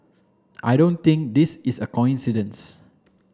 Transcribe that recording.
I don't think this is a coincidence